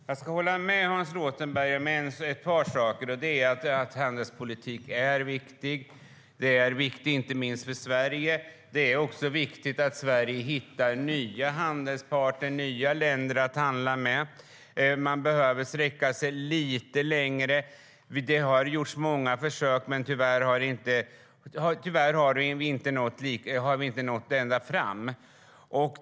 Herr talman! Jag kan hålla med Hans Rothenberg om ett par saker. Handelspolitik är viktig, inte minst för Sverige. Det är också viktigt att Sverige hittar nya handelspartner, nya länder att handla med. Vi behöver sträcka oss lite längre. Det har gjorts många försök, men tyvärr har vi inte nått ända fram.